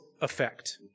effect